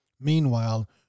Meanwhile